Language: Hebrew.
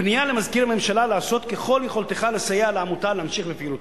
פנייה למזכיר הממשלה "לעשות ככל יכולתך לסייע לעמותה להמשיך בפעילותה".